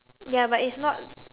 ya but it's not